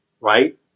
right